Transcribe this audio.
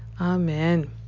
Amen